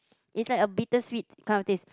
is like a bitter sweet kind of taste